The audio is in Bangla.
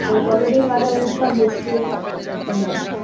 কতদিন বাদে অনুষ্ঠান হচ্ছে যাবো